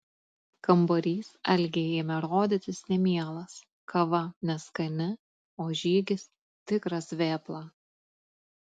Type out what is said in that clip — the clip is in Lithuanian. kambarys algei ėmė rodytis nemielas kava neskani o žygis tikras vėpla